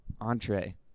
Entree